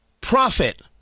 Profit